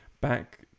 back